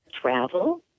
Travel